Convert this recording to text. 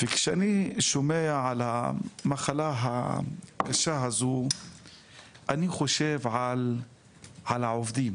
וכשאני שומע על המחלה הקשה הזו אני חושב על העובדים